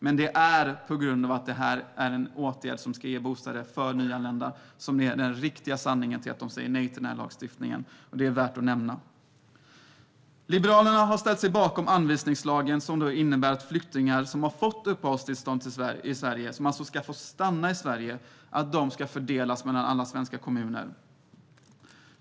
Men den riktiga anledningen till att de säger nej till lagstiftningen är att det är en åtgärd som ska ge bostäder för nyanlända, och det är värt att nämna. Liberalerna har ställt sig bakom anvisningslagen, som innebär att flyktingar som har fått uppehållstillstånd i Sverige och alltså får stanna här ska fördelas mellan alla svenska kommuner.